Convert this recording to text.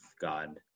God